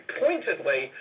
pointedly